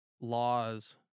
laws